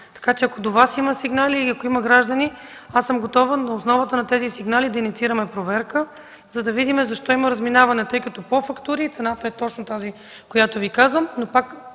няма. Ако до Вас има сигнали или има такива от граждани, аз съм готова на основата на тези сигнали да инициираме проверка, за да видим защо има разминаване, тъй като по фактури цената е точно тази, която Ви казвам,